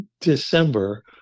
December